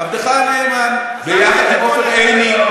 עבדך הנאמן, ביחד עם עופר עיני.